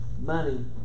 money